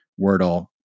wordle